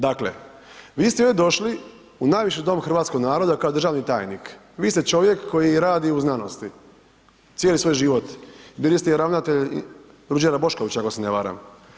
Dakle, vi ste ovdje došli u najviši dom hrvatskog naroda kao državni tajnik, vi ste čovjek koji radi u znanosti, cijeli svoj život, bili ste i ravnatelj Ruđera Boškovića ako se ne varam.